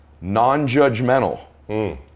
non-judgmental